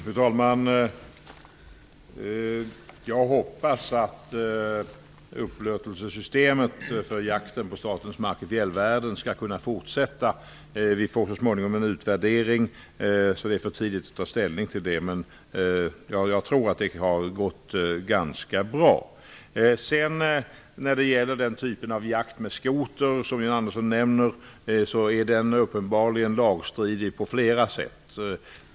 Fru talman! Jag hoppas att upplåtelsesystemet för jakten på statens mark i fjällvärlden skall kunna fortsätta. Eftersom vi så småningom får en utvärdering är det för tidigt att nu ta ställning till detta. Men jag tror att det har gått ganska bra. Den typen av jakt med skoter som John Andersson nämner är uppenbarligen lagstridig på flera sätt.